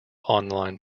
online